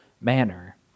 manner